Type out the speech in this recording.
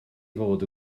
fod